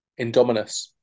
Indominus